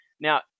now